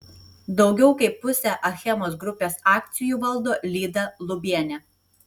daugiau kaip pusę achemos grupės akcijų valdo lyda lubienė